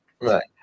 Right